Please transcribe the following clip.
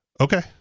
Okay